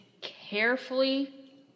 carefully